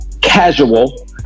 casual